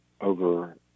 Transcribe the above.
over